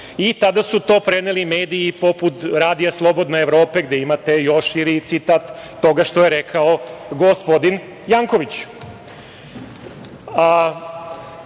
Tada su to preneli mediji poput „Radija Slobodna Evropa“, gde imate još širi citat toga što je rekao gospodin Janković.